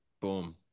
Boom